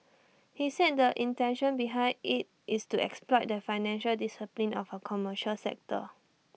he said the intention behind IT is to exploit that financial discipline of A commercial sector